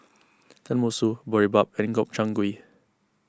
Tenmusu Boribap and Gobchang Gui